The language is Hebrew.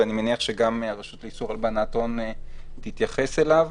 ואני מניח שגם הרשות לאיסור הלבנת הון תתייחס אליו.